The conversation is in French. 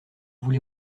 voulez